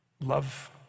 love